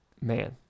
man